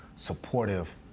supportive